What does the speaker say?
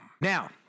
Now